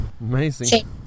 Amazing